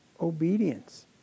obedience